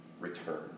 return